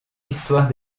histoire